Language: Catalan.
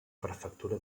prefectura